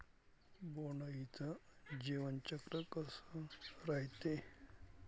बोंड अळीचं जीवनचक्र कस रायते?